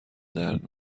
درد